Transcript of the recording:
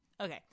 okay